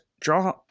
draw